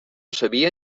sabia